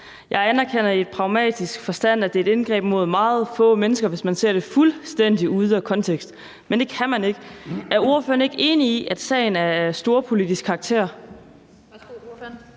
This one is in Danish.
Jeg anerkender i pragmatisk forstand, at det er et indgreb mod meget få mennesker, hvis man ser det fuldstændig ude af kontekst, men det kan man ikke. Er ordføreren ikke enig i, at sagen er af storpolitisk karakter?